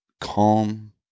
calm